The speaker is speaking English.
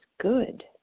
good